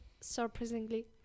surprisingly